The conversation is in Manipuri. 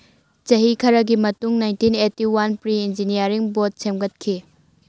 ꯆꯍꯤ ꯈꯔꯒꯤ ꯃꯇꯨꯡ nineteen eighty one pre engineering board ꯁꯦꯝꯒꯠꯈꯤ